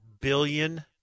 billion